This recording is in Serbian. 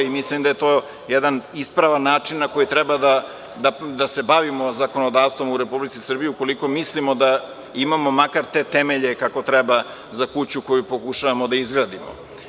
Mislim da je to jedan ispravan način na koji treba da se bavimo zakonodavstvom u Republici Srbiji, ukoliko mislimo da imamo makar te temelje kako treba za kuću koju pokušavamo da izgradimo.